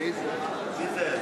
מי נמנע?